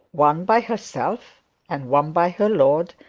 one by herself and one by her lord,